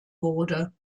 wurde